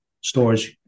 stores